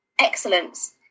excellence